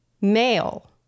male